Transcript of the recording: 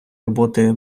роботи